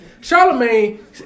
Charlemagne